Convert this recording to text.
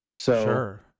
Sure